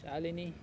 Shalini